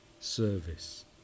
service